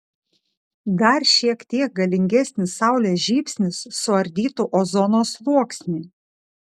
dar šiek tiek galingesnis saulės žybsnis suardytų ozono sluoksnį